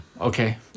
Okay